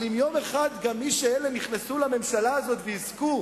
אבל אם יום אחד גם מי שנכנסו לממשלה הזאת יזכו,